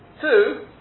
two